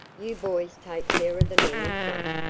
you boys take care of the men in front,